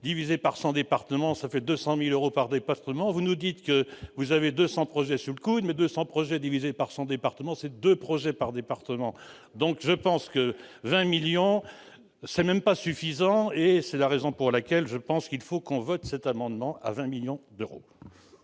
divisés par 100 départements, ça fait 200000 euros par département, vous nous dites que vous avez 200 projets sous on émet 200 projets divisé par son département ces 2 projets par département, donc je pense que 20 millions c'est même pas suffisant et c'est la raison pour laquelle je pense qu'il faut qu'on vote cet amendement à 20 millions d'euros.